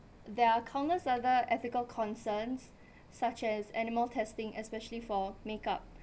there are countless other ethical concerns such as animal testing especially for makeup